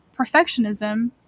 perfectionism